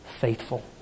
faithful